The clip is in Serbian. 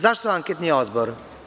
Zašto anketni odbor?